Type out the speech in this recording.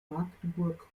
magdeburg